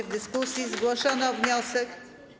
W dyskusji zgłoszono wniosek.